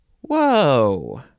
whoa